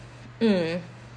mm